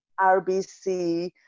RBC